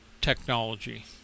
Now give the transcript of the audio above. technology